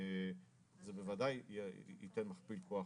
זה בוודאי יתן מכפיל כוח